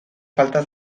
falta